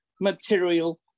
material